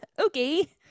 okay